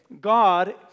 God